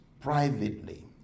privately